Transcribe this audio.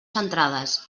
centrades